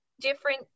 different